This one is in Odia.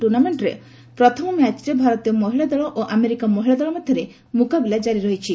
ଟୁର୍ଣ୍ଣାମେଣ୍ଟର ପ୍ରଥମ ମ୍ୟାଚ ଭାରତୀୟ ମହିଳା ଦଳ ଓ ଆମେରିକା ମହିଳା ଦଳ ମଧରେ ମୁକାବିଲା ଜାରିରହିଛି